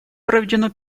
проведено